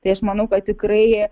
tai aš manau kad tikrai